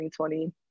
2020